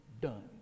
done